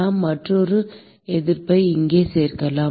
நாம் மற்றொரு எதிர்ப்பை இங்கே சேர்க்கலாம்